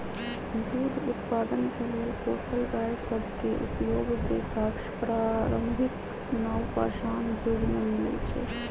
दूध उत्पादन के लेल पोसल गाय सभ के उपयोग के साक्ष्य प्रारंभिक नवपाषाण जुग में मिलइ छै